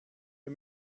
wir